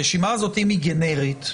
הרשימה הזאת, אם היא גנרית,